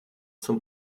zum